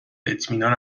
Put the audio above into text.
اطمینان